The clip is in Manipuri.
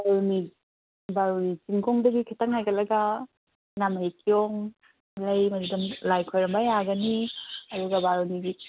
ꯕꯥꯔꯨꯅꯤ ꯆꯤꯡꯈꯣꯡꯗꯒꯤ ꯈꯤꯇꯪ ꯍꯥꯏꯒꯠꯂꯒ ꯁꯅꯥ ꯃꯍꯤ ꯀꯤꯌꯣꯡ ꯂꯩ ꯃꯗꯨꯗ ꯂꯥꯏ ꯈꯨꯔꯨꯝꯕ ꯌꯥꯒꯅꯤ ꯑꯗꯨꯒ ꯕꯥꯔꯨꯅꯤꯒꯤ